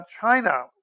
China